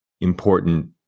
important